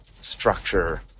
structure